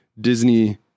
Disney